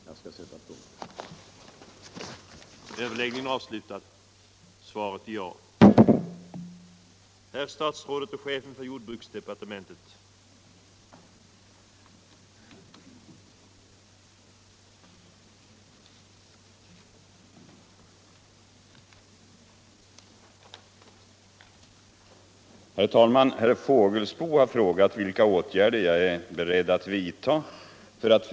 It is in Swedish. Jag skall sätta punkt där.